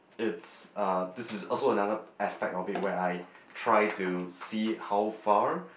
it's uh this is also another aspect of it where I try to see how far